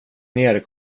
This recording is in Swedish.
ner